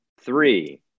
three